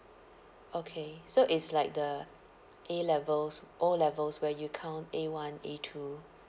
okay so it's like the A levels O levels where you count A one A two